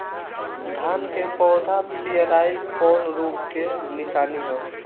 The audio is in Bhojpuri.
धान के पौधा पियराईल कौन रोग के निशानि ह?